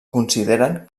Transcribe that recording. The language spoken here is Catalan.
consideren